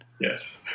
Yes